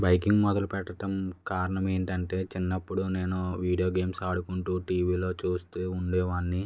biking మొదలు పెట్టడం కారణం ఏంటంటే చిన్నప్పుడు నేను వీడియో గేమ్స్ ఆడుకుంటూ టీవీలో చూస్తూ ఉండేవాడిని